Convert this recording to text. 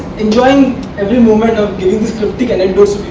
enjoying every moment of giving these cryptic anecdotes